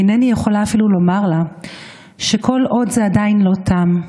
אינני יכולה אפילו לומר לה שכל זה עדיין לא תם.